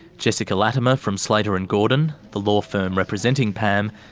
jessica latimer from slater and gordon, the law firm representing pam,